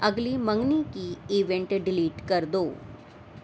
اگلی منگنی کی ایونٹ ڈیلیٹ کر دو